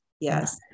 Yes